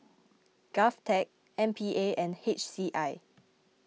Govtech M P A and H C I